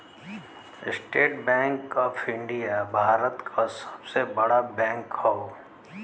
estate bank of India Bharat क सबसे बड़ा बैंक हौ